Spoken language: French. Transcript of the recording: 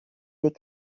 des